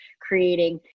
creating